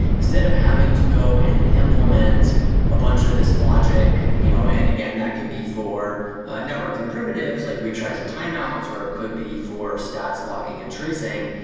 instead of having to go and implement a bunch of these logic you know and again, that could be for networking primitives, like retries and timeouts or it could be for stats logging and tracing.